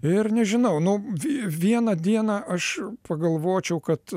ir nežinau nu vien vieną dieną aš pagalvočiau kad